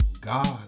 God